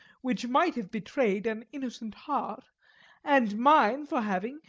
which might have betrayed an innocent heart and mine, for having,